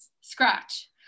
scratch